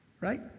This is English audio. Right